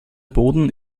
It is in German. boden